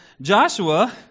Joshua